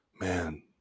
man